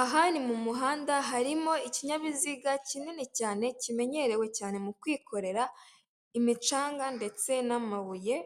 Aha ni mu muhanda harimo ikinyabiziga kinini cyane kimenyerewe cyane mu kwikorera imicanga, ndetse n'amabuye,